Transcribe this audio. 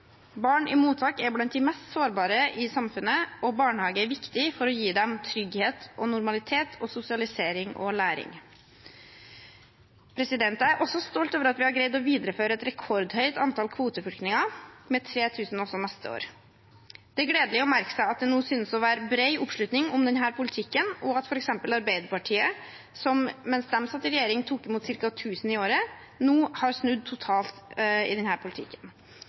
Barn i mottak er blant de mest sårbare i samfunnet, og barnehage er viktig for å gi dem trygghet og normalitet, sosialisering og læring. Jeg er også stolt over at vi har greid å videreføre et rekordhøyt antall kvoteflyktninger, med 3 000 også neste år. Det er gledelig å merke seg at det nå synes å være bred oppslutning om denne politikken, og at f.eks. Arbeiderpartiet, som mens de satt i regjering, tok imot ca. 1 000 i året, nå har snudd totalt i denne politikken.